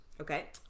Okay